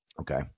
Okay